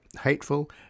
hateful